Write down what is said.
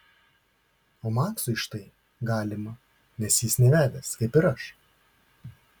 o maksui štai galima nes jis nevedęs kaip ir aš